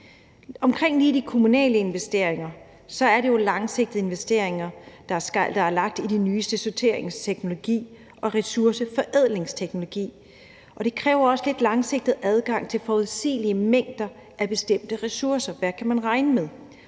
angår de kommunale investeringer, er det jo langsigtede investeringer, der er lagt i de nyeste teknologier inden for sorteringsteknologi og ressourceforædlingsteknologi, og det kræver også lidt langsigtet adgang til forudsigelige mængder af bestemte ressourcer. Hvad kan man regne med,